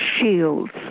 shields